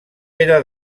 pere